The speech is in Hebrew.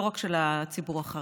לא רק של הציבור החרדי.